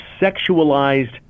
sexualized